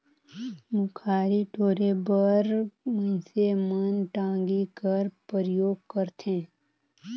मुखारी टोरे बर मइनसे मन टागी कर परियोग करथे